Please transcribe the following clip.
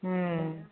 ம்